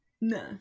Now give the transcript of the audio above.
No